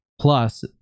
Plus